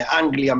מאנגליה,